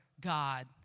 God